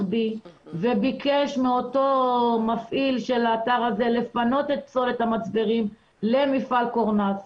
B וביקש מאותו מפעיל של האתר הזה לפנות את פסולת המצברים למפעל קורנס.